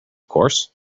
course